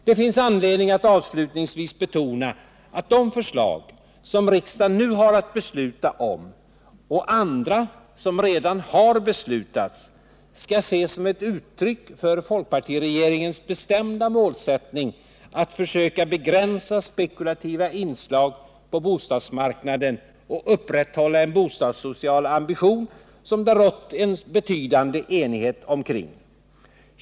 Det finns anledning att avslutningsvis betona att de förslag som riksdagen nu har att ta ställning till och andra som redan har behandlats av riksdagen skall ses som ett uttryck för folkpartiregeringens bestämda målsättning att försöka begränsa spekulativa inslag på bostadsmarknaden och upprätthålla en bostadssocial ambition, som det rått en betydande enighet om.